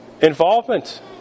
involvement